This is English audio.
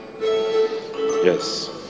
yes